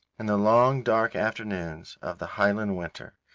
in the long, dark afternoons of the highland winter,